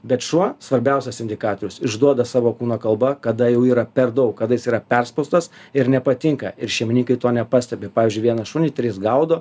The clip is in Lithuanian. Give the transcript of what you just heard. bet šuo svarbiausias indikatorius išduoda savo kūno kalba kada jau yra per daug kada jis yra perspaustas ir nepatinka ir šeimininkai to nepastebi pavyzdžiui vieną šunį trys gaudo